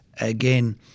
again